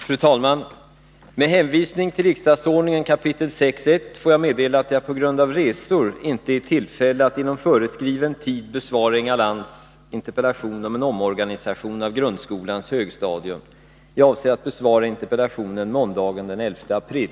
Fru talman! Med hänvisning till riksdagsordningen 6 kap. 18 får jag meddela att jag på grund av resor inte är i tillfälle att inom föreskriven tid besvara Inga Lantz interpellation om en omorganisation av grundskolans högstadium. Jag avser att besvara interpellationen måndagen den 11 april.